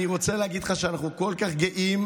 אני רוצה להגיד לך, שאנחנו כל כך גאים,